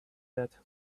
that